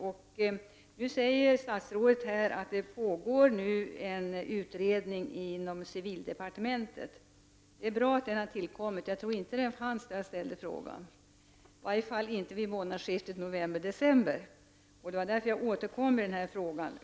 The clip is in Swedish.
Statsrådet säger nu här att det pågår en utredning inom civildepartementet. Det är bra att den har tillkommit, och jag tror inte att utredningen fanns när jag ställde frågan — i varje fall inte vid månadsskiftet november-december. Det är därför jag återkommer i den här frågan.